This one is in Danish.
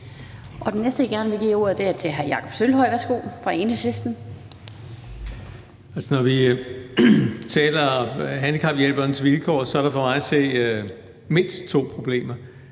Når vi taler om handicaphjælperens vilkår, er der for mig at se mindst to problemer.